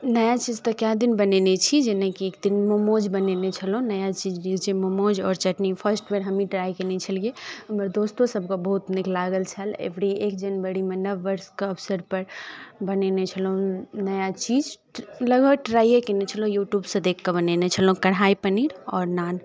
नया चीज तऽ कए दिन बनेने छी जेनाकि एक दिन मोमोज बनेने छलहुँ नया चीज जे होइ छै मोमोज आओर चटनी फर्स्ट बेर हमहीं ट्राइ केने छलियै हमर दोस्तो सबके बहुत नीक लागल छल अइ बेरी एक जनवरीमे नव वर्षके अवसरपर बनेने छलहुँ नया चीज लगभग ट्राइए केने छलहुँ यूट्यूबसँ देखिकऽ बनेने छलहुँ कढ़ाइ पनीर आओर नान